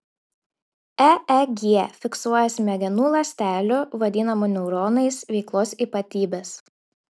eeg fiksuoja smegenų ląstelių vadinamų neuronais veiklos ypatybes